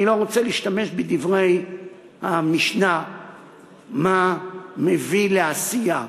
אני לא רוצה להשתמש בדברי המשנה מה מביא לעשייה: